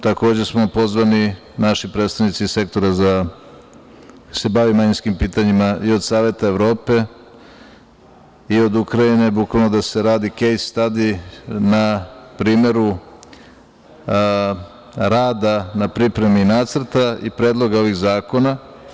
Takođe su pozvani naši predstavnici iz sektora koji se bave manjinskim pitanjima i od Saveta Evrope, i od Ukrajine, bukvalno da se radi „kejs stadi“ na primeru rada na pripremi nacrta i predloga ovih zakona.